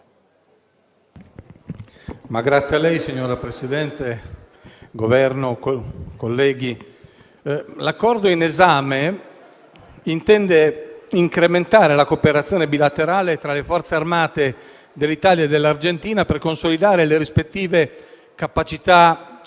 Presidente, signor rappresentante del Governo, colleghi, l'Accordo in esame intende incrementare la cooperazione bilaterale tra le Forze armate dell'Italia e dell'Argentina per consolidare le rispettive capacità